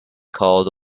called